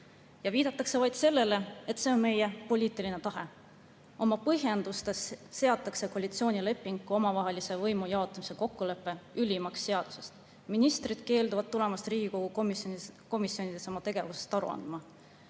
Viidatakse vaid sellele, et "see on meie poliitiline tahe". Oma põhjendustes seatakse koalitsioonileping kui omavahelise võimu jaotamise kokkulepe ülimaks seadusest. […] Ministrid keelduvad tulemast ka Riigikogu komisjonidesse oma tegevusest aru andma.